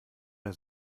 der